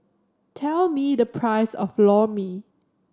tell me the price of Lor Mee